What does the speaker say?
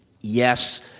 yes